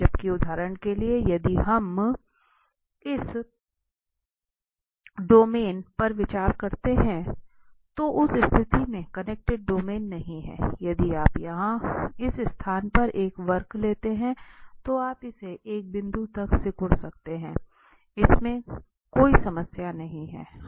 जबकि उदाहरण के लिए यदि हम इस डोमेन पर विचार करते हैं जो उस स्थिति में कनेक्टेड डोमेन नहीं हैं यदि आप यहां इस स्थान पर एक वक्र लेते हैं तो आप इसे एक बिंदु तक सिकुड़ सकते हैं इसमें कोई समस्या नहीं है